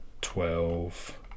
twelve